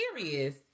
serious